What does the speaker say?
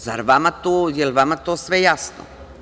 Zar vama tu, jel vama to sve jasno?